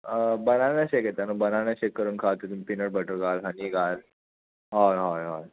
banana shake येता न्हू banana shake करून खा तितून पीनट बटर घाल हनी घाल होय होय होय